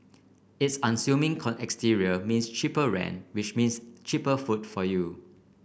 its unassuming exterior means cheaper rent which means cheaper food for you